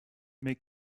make